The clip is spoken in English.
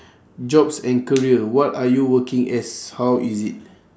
jobs and career what are you working as how is it